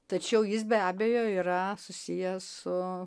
tačiau jis be abejo yra susijęs su